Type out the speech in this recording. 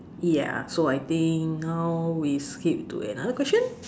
ya so I think now we skip to another question